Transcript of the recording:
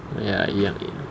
ya ya